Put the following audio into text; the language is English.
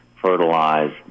fertilize